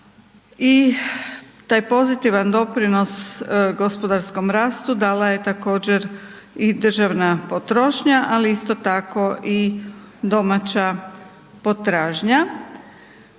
i taj pozitivan doprinos gospodarskom rastu dala je također i državna potrošnja, ali isto tako i domaća potražnja.